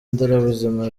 nderabuzima